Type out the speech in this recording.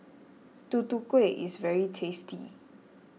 Tutu Kueh is very tasty